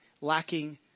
lacking